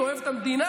להסתה,